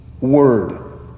word